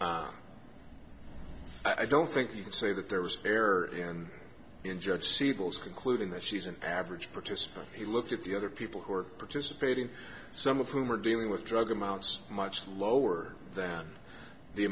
sentencing i don't think you can say that there was fair and in judge siegel's concluding that she's an average participant he looked at the other people who are participating some of whom are dealing with drug amounts much lower than the